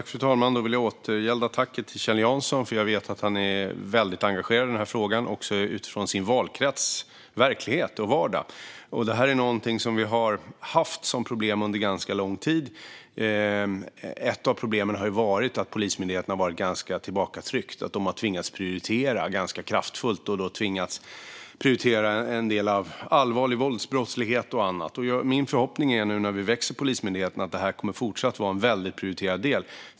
Fru talman! Jag vill återgälda Kjell Janssons tack, för jag vet att han är väldigt engagerad i den här frågan. I hans valkrets är frågan också verklighet och vardag. Detta är någonting vi har haft som problem under ganska lång tid. Ett av problemen har varit att Polismyndigheten har varit tillbakatryckt och tvingats prioritera ganska kraftfullt. De har då tvingats prioritera en del allvarlig våldsbrottslighet och annat. När vi nu ser till att Polismyndigheten växer är det min förhoppning att detta fortsatt kommer att vara en väldigt prioriterad del.